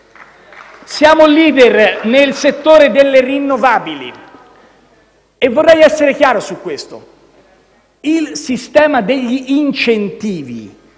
Siamo *leader* nel settore delle rinnovabili, e vorrei essere chiaro su questo. Il sistema degli incentivi,